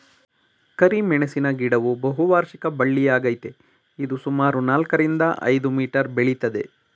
ಕರಿಮೆಣಸಿನ ಗಿಡವು ಬಹುವಾರ್ಷಿಕ ಬಳ್ಳಿಯಾಗಯ್ತೆ ಇದು ಸುಮಾರು ನಾಲ್ಕರಿಂದ ಐದು ಮೀಟರ್ ಬೆಳಿತದೆ